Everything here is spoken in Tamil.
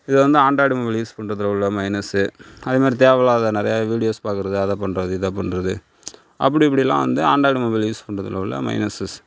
இதில் வந்து ஆண்ட்ராய்டு மொபைல் யூஸ் பண்றதில உள்ள மைனஸு அதேமாரி தேவையில்லாத நிறைய வீடியோஸ் பார்க்கறது அதை பண்ணுறது இதை பண்ணுறது அப்படி இப்படிலா வந்து ஆண்ட்ராய்டு மொபைல் யூஸ் பண்றதில் உள்ள மைனசஸ்